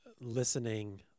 listening